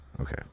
Okay